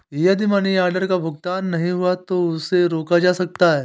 यदि money order का भुगतान नहीं हुआ है तो उसे रोका जा सकता है